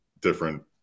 different